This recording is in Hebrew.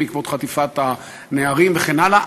בעקבות חטיפת הנערים וכן הלאה,